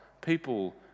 people